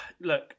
Look